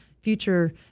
future